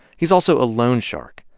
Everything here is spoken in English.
he's also a loan shark.